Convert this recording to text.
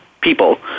people